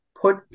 put